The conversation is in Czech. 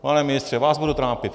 Pane ministře, vás budu trápit.